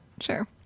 sure